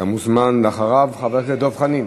מוזמן לאחריו, חבר הכנסת דב חנין.